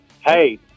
Hey